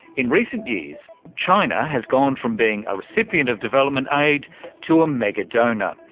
in recent years china has gone from being a recipient of development aid to a mega donor.